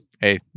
Hey